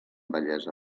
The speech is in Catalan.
bellesa